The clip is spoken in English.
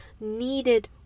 needed